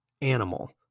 animal